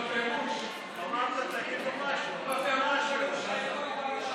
מה קרה שם?